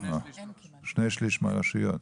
בשני שליש מהרשויות.